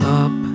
up